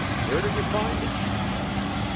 where did you find it? he asked.